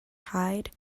hide